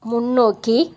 முன்னோக்கி